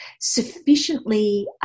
sufficiently